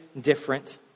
different